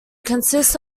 consists